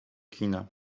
kina